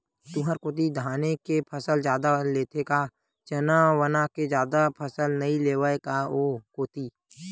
तुंहर कोती धाने के फसल जादा लेथे का चना वना के जादा फसल नइ लेवय का ओ कोती?